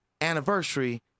anniversary